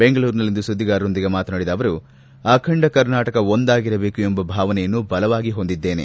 ಬೆಂಗಳೂರಿನಲ್ಲಿಂದು ಸುದ್ದಿಗಾರರೊಂದಿಗೆ ಮಾತನಾಡಿದ ಅವರು ಅಖಂಡ ಕರ್ನಾಟಕ ಒಂದಾಗಿರಬೇಕು ಎಂಬ ಭಾವನೆಯನ್ನು ಬಲವಾಗಿ ಹೊಂದಿದ್ದೇನೆ